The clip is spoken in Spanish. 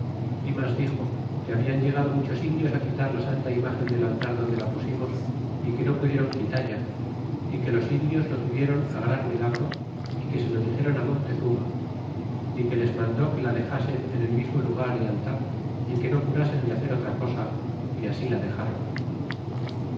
y mas dixo que habian llega do muchos indios á quitar la santa imagen del altar donde la pusimos y que no pudiéron quitalla y que los indios lo turiéron gran milagro y que se lo dixéron al montezuma é que les mandó que la dexasen en el mismo lugar y altar y que no curasen de hacer otra cosa y así la dexáron